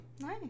nice